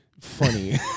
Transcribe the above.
funny